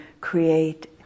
create